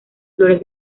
flores